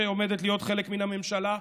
שעומדת להיות חלק מן הממשלה,